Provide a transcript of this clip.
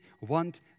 want